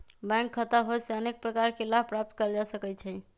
bank खता होयेसे अनेक प्रकार के लाभ प्राप्त कएल जा सकइ छै